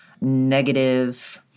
negative